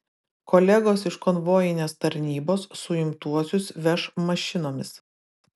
kolegos iš konvojinės tarnybos suimtuosius veš mašinomis